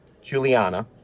Juliana